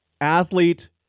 athlete